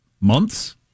months